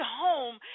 home